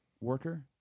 worker